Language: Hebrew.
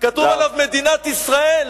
כתוב עליו "מדינת ישראל".